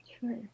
sure